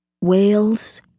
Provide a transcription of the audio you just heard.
Whales